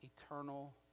eternal